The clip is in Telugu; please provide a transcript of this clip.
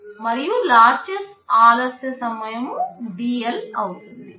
మరియు లాచెస్ ఆలస్య సమయం dL అవుతుంది